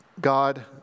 God